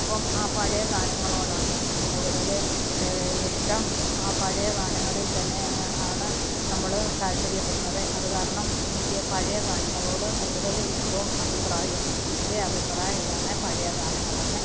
അപ്പം ആ പഴയ ഗാനങ്ങളോടാണ് അവർക്ക് കൂടുതല് ഇഷ്ടം ആ പഴയ ഗാനങ്ങളിൽ തന്നെ ആണ് നമ്മള് താല്പര്യപ്പെടുന്നത് അത് കാരണം എനിക്ക് പഴയ ഗാനങ്ങളോട് കൂടുതല് ഇഷ്ടവും അഭിപ്രായവും എൻ്റെ അഭിപ്രായം ഇതാണ് പഴയ ഗാനങ്ങളാണ്